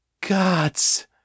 gods